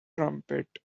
trumpet